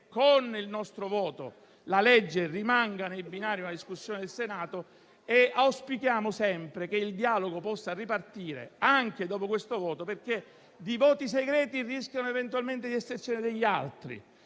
con il nostro voto la legge rimanga nel binario della discussione del Senato. Auspichiamo sempre che il dialogo possa ripartire, anche dopo questo voto, perché di voti segreti rischiano eventualmente di essercene degli altri.